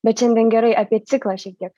bet šiandien gerai apie ciklą šiek tiek